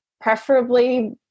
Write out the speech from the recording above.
preferably